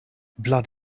blood